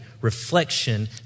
reflection